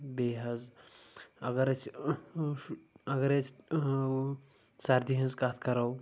بیٚیہِ حظ اگر أسۍ اگر أسۍ سردی ہٕنٛز کتھ کرو